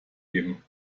geben